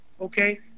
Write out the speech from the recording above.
okay